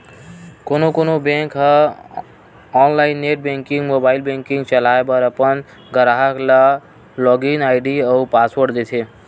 कोनो कोनो बेंक ह online net banking, mobile banking चलाए बर अपन गराहक ल लॉगिन आईडी अउ पासवर्ड देथे